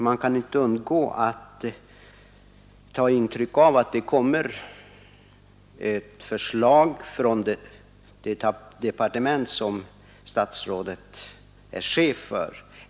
Man kan inte undgå att ta intryck av ett förslag som kommer från det departement som statsrådet är chef för.